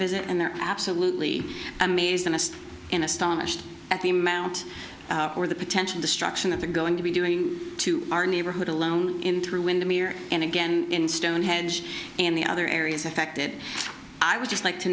visit and they're absolutely amazed honest and astonished at the amount or the potential destruction of the going to be doing to our neighborhood alone in through in the mirror and again in stonehenge and the other areas affected i would just like to